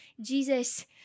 Jesus